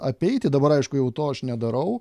apeiti dabar aišku jau to aš nedarau